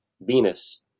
Venus